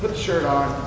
but shirt on,